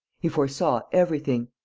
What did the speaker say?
he foresaw everything.